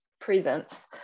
presence